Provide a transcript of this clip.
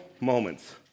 moments